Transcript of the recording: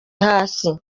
hasi